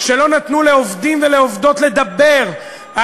שלא נתנו לעובדים ולעובדות לדבר.